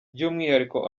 by’umwihariko